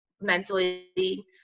mentally